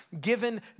given